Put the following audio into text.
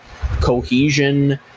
cohesion